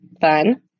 Fun